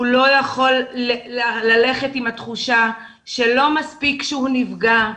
הוא לא יכול ללכת עם התחושה שלא מספיק שהוא נפגע,